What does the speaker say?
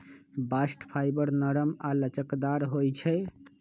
bast fibre नरम आऽ लचकदार होइ छइ